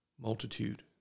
multitude